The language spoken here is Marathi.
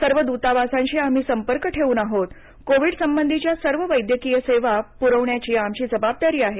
सर्व दूतावासांशी आम्ही संपर्क ठेवून आहोत कोविड संबंधीच्या सर्व वैद्यकीय सेवा आम्ही पुरवण्याची आमची जबाबदारी आहे